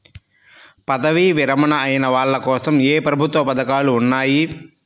పదవీ విరమణ అయిన వాళ్లకోసం ఏ ప్రభుత్వ పథకాలు ఉన్నాయి?